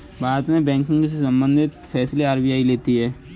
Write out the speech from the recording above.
भारत में बैंकिंग से सम्बंधित फैसले आर.बी.आई लेती है